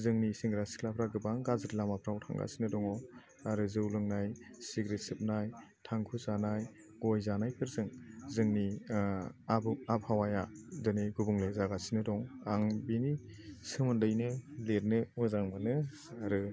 जोंनि सेंग्रा सिख्लाफ्रा गोबां गाज्रि लामाफ्राव थांगासिनो दङ आरो जौ लोंनाय सिग्रेट सोबनाय थांखु जानाय गय जानायफोरजों जोंनि आब आबाहावाया दिनै गुबुंले जागासिनो दं आं बेनि सोमोन्दैनो लिरनो मोजां मोनो आरो